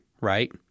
right